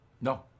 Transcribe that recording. No